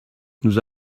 nous